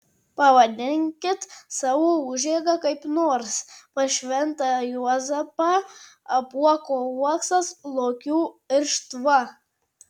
pavadinkit savo užeigą kaip nors pas šventą juozapą apuoko uoksas lokių irštva